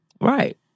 Right